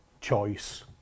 choice